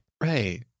Right